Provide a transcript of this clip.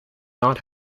not